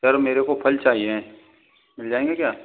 sir मेरे को फल चाहिए मिल जाएंगे क्या